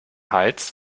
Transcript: hals